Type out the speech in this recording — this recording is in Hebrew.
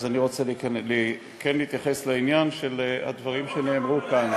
אז אני כן רוצה להתייחס לעניין של הדברים שנאמרו כאן.